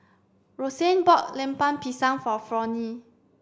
Rosanne bought Lemper Pisang for Fronnie